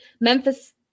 Memphis